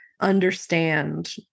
understand